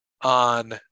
on